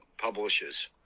publishes